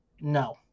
No